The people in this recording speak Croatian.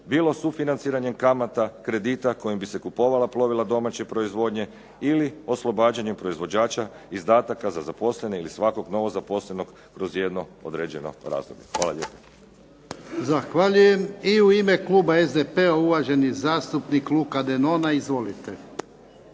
bilo sufinanciranjem kamata, kredita, kojim bi se kupovala plovila domaće proizvodnje ili oslobađanjem proizvođača izdataka za zaposlene ili svakog novog zaposlenog kroz jedno određeno razdoblje. Hvala lijepa. **Jarnjak, Ivan (HDZ)** Zahvaljujem. I u ime Kluba SDP-a uvaženi zastupnik Luka Denona. Izvolite.